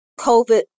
COVID